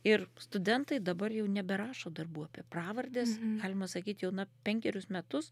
ir studentai dabar jau neberašo darbų apie pravardes galima sakyt jau na penkerius metus